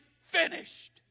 finished